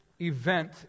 event